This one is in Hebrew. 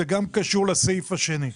זה גם קשור לסעיף השני.